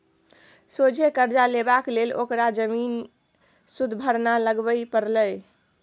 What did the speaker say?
सोझे करजा लेबाक लेल ओकरा जमीन सुदभरना लगबे परलै